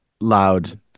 loud